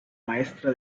maestra